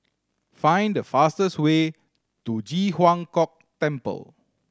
find the fastest way to Ji Huang Kok Temple